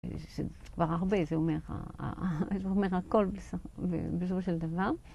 זה כבר הרבה, זה אומר הכל בסופו של דבר.